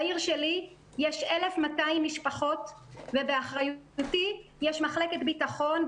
בעיר שלי יש 1,200 משפחות ובאחריותי יש מחלקת ביטחון,